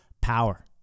power